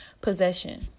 possession